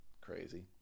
Crazy